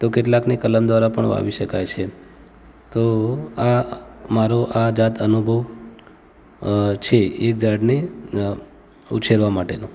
તો કેટલાકને કલમ દ્વારા પણ વાવી શકાય છે તો આ મારો આ જાત અનુભવ છે એ ઝાડને ઉછેરવા માટેનો